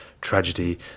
tragedy